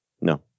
No